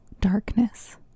darkness